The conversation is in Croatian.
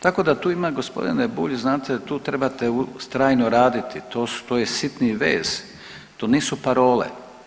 Tako da tu ima gospodine Bulj znate, tu trebate trajno raditi, to je sitni vez, to nisu parole.